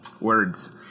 Words